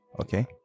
Okay